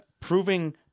Proving